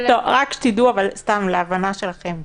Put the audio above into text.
רק שתדעו, להבנה שלכם: